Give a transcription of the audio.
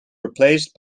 replaced